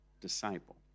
disciple